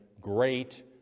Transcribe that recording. great